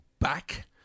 back